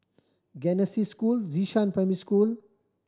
Genesis School Xishan Primary School